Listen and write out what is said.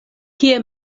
kie